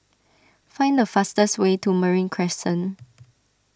find the fastest way to Marine Crescent